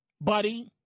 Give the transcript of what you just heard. buddy